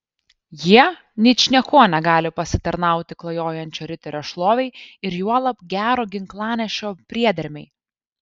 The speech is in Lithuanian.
jie ničniekuo negali pasitarnauti klajojančio riterio šlovei ir juolab gero ginklanešio priedermei